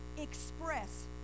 express